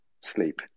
sleep